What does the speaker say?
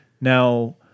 Now